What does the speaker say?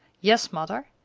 yes, mother,